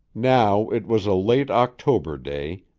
now it was a late october day,